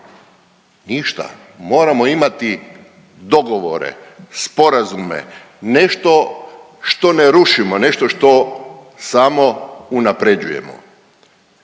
Ništa, moramo imati dogovore, sporazume, nešto što ne rušimo, nešto što samo unaprjeđujemo.